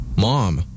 Mom